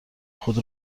خود